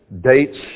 dates